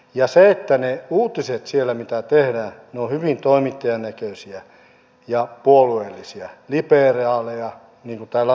ja ne uutiset siellä mitä tehdään ovat hyvin toimittajan näköisiä ja puolueellisia liberaaleja niin kuin täällä on mainittu